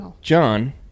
John